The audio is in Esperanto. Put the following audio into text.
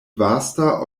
vasta